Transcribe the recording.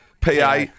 PA